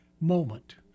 moment